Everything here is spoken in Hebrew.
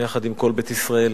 ביחד עם כל בית ישראל.